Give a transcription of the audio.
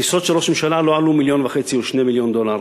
טיסות של ראש ממשלה לא עלו 1.5 או 2 מיליון דולר.